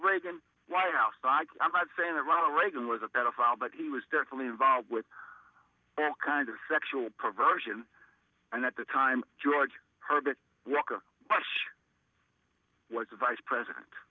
reagan white house i'm not saying that ronald reagan was a pedophile but he was directly involved with that kind of sexual perversion and at the time george herbert walker bush was a vice president